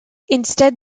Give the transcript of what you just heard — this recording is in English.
instead